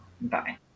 bye